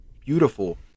beautiful